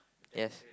yes